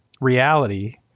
reality